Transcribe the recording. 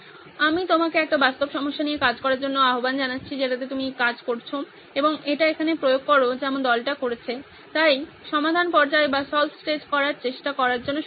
আমি তোমাকে একটি বাস্তব সমস্যা নিয়ে কাজ করার জন্য আহ্বান জানাচ্ছি যেটাতে তুমি কাজ করছো এবং এটি এখানে প্রয়োগ করো যেমন দলটি করেছে তাই সমাধান পর্যায় করার চেষ্টা করার জন্য শুভকামনা